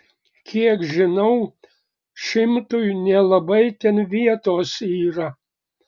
kiek žinau šimtui nelabai ten vietos yra